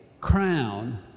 crown